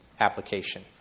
application